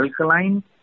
alkaline